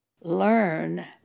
learn